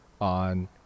on